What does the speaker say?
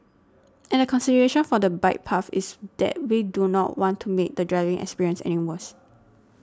and the consideration for the bike path is that we do not want to make the driving experience any worse